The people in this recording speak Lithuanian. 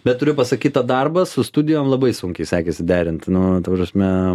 bet turiu pasakyt tą darbą su studijom labai sunkiai sekėsi derint nu ta prasme